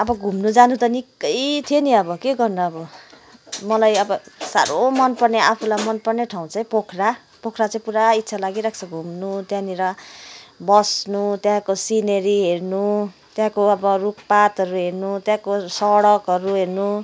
अब घुम्न जानु त निक्कै थियो नि अब के गर्नु अब मलाई अब साह्रो मन पर्ने आफूलाई मन पर्ने ठाउँ चाहिँ पोखरा पोखरा चाहिँ पुरा इच्छा लागिरहेको छ घुम्न त्यहाँनेर बस्नु त्यहाँको सिनेरी हेर्नु त्यहाँको अब रुख पातहरू हेर्नु त्यहाँको सडकहरू हेर्नु